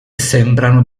sembrano